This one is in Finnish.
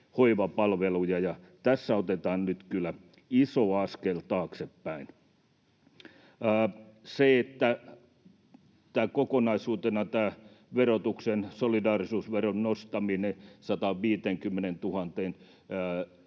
paikkakunnalla. Tässä otetaan nyt kyllä iso askel taaksepäin. Kokonaisuutena tämä verotuksen solidaarisuusveron nostaminen 150